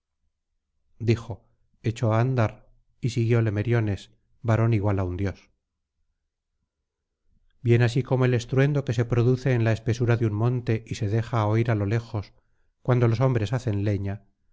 dijo echó á andar y siguióle meriones varón igual á un dios bien así como el estruendo que se produce en la espesura de un monte y se deja oir á lo lejos cuando los hombres hacen leña